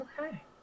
okay